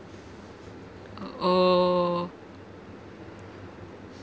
uh oh